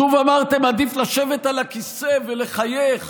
שוב אמרתם: עדיף לשבת על הכיסא ולחייך